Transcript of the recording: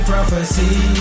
Prophecy